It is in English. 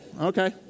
okay